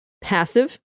passive